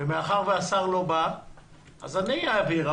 מאחר והשר לא בא לדיון אז אני אעביר את המסר,